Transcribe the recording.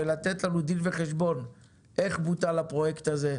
ולתת לנו דין וחשבון איך בוטל הפרויקט הזה,